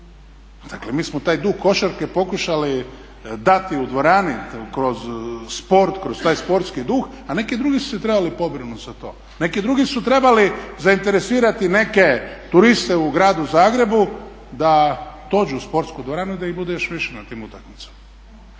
Dakle, mi smo taj duh košarke pokušali dati u dvorani, kroz sport, kroz taj sportski duh, a neki drugi su se trebali pobrinuti za to, neki drugi su trebali zainteresirati neke turiste u Gradu Zagrebu da dođu u sportsku dvoranu i da ih bude još više na tim utakmicama.